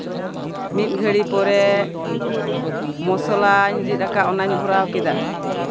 ᱢᱤᱫ ᱜᱷᱟᱹᱲᱤ ᱯᱚᱨᱮ ᱢᱚᱥᱞᱟᱧ ᱨᱤᱫ ᱟᱠᱟᱫ ᱚᱱᱟᱧ ᱵᱷᱚᱨᱟᱣ ᱠᱮᱫᱟ